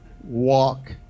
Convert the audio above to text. walk